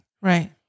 right